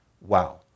Wow